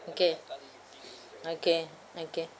okay okay okay